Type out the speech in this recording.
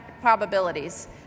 probabilities